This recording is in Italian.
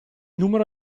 numero